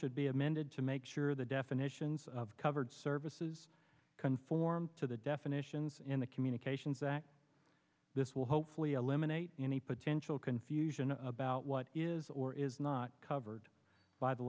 should be amended to make sure the definitions of covered services conform to the definitions in the communications act this will hopefully eliminate any potential confusion about what is or is not covered by the